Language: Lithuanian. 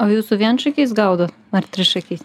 o jūs su vienšakiais gaudot ar trišakiais